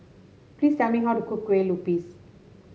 please tell me how to cook Kueh Lupis